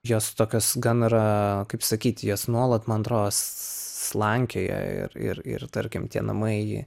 jos tokios gan yra kaip sakyt jos nuolat man atro ss slankioja ir ir ir tarkim tie namai